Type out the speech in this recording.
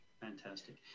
Fantastic